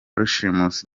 rushimusi